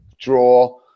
draw